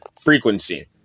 frequency